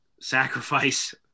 sacrifice